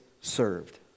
served